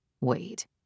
Wait